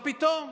מה פתאום?